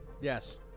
Yes